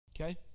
Okay